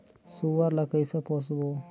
सुअर ला कइसे पोसबो?